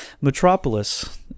Metropolis